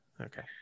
Okay